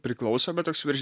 priklauso bet toks virš